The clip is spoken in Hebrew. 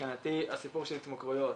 מבחינתי הסיפור של התמכרויות